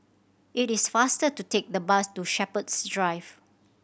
it is faster to take the bus to Shepherds Drive